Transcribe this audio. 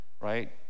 Right